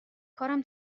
کارم